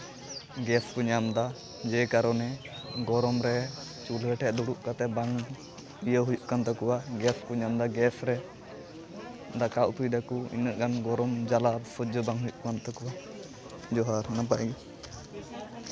gas ᱠᱚ ᱧᱟᱢᱫᱟ ᱡᱮ ᱠᱟᱨᱚᱱᱮ ᱜᱚᱨᱚᱢ ᱨᱮ ᱪᱩᱞᱦᱟᱹ ᱴᱷᱮᱡ ᱫᱩᱲᱩᱵ ᱠᱟᱛᱮᱫ ᱵᱟᱝ ᱤᱭᱟᱹ ᱦᱩᱭᱩᱜ ᱠᱟᱱ ᱛᱟᱠᱚᱣᱟ ᱜᱮᱥ ᱠᱚ ᱧᱟᱢᱫᱟ ᱜᱮᱥ ᱨᱮ ᱫᱟᱠᱟ ᱩᱛᱩᱭ ᱫᱟᱠᱚ ᱩᱱᱟᱹᱜ ᱜᱟᱱ ᱜᱚᱨᱚᱢ ᱡᱟᱞᱟ ᱥᱳᱡᱽᱡᱚ ᱵᱟᱝ ᱦᱩᱭᱩᱜ ᱠᱟᱱ ᱛᱟᱠᱳᱣᱟ ᱡᱚᱦᱟᱨ ᱱᱟᱯᱟᱭ ᱜᱮ